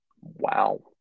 Wow